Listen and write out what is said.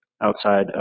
outside